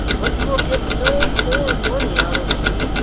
but you will get no more money out of me,